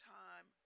time